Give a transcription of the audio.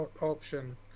option